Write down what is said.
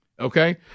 okay